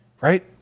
right